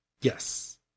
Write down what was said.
Yes